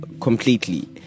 Completely